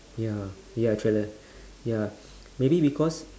ya ya trailer ya maybe because